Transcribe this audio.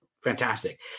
Fantastic